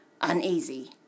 uneasy